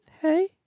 hey